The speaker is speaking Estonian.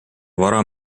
vara